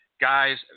Guys